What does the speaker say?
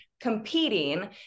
competing